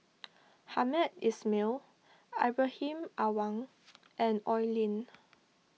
Hamed Ismail Ibrahim Awang and Oi Lin